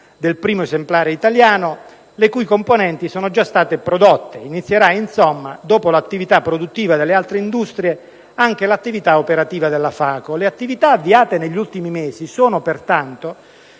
del primo esemplare italiano, le cui componenti sono già state prodotte. Inizierà insomma, dopo l'attività produttiva delle altre industrie, anche l'attività operativa della FACO. Le attività avviate negli ultimi mesi sono pertanto